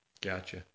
gotcha